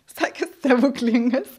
sakė stebuklingas